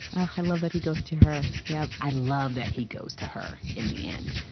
i love that he goes to her yeah i love that he goes to her in the end.